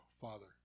Father